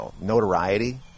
notoriety